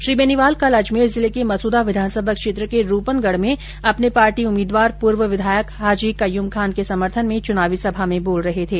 श्री बेनीवाल कल अजमेर जिले के मसूदा विधानसभा क्षेत्र के रूपनगढ़ में अपने पार्टी उम्मीदवार पूर्व विधायक हाजी कय्यूम खान के समर्थन में चुनावी सभा में बोल रहे थे